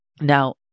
Now